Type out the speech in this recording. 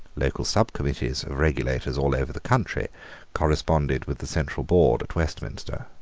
local subcommittees of regulators all over the country corresponded with the central board at westminster.